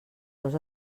dos